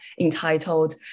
entitled